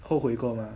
后悔过吗